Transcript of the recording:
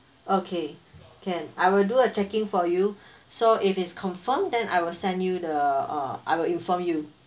okay can I will do a checking for you so if it's confirmed then I will send you the uh I will inform you